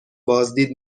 بازدید